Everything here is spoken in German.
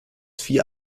vier